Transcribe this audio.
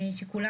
כולם